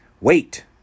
Wait